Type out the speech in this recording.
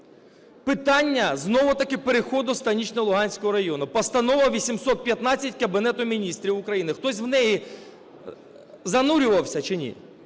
Питання знову-таки переходу Станично-Луганського району. Постанова 815 Кабінету Міністрів України, хтось в неї занурювався чи ні?